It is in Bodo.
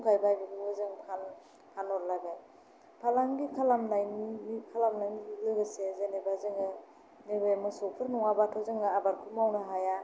मैगं गायबाय बेफोरखौ जों फानहरलायबाय फालांगि खालामनायनि लोगोसे जेनेबा जोङो नैबे मोसौफोर नङाब्लाथ' जों आबादफोर मावनो हाया